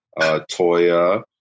Toya